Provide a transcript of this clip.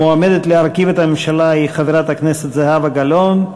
המועמדת להרכיב את הממשלה היא חברת הכנסת זהבה גלאון.